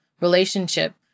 relationship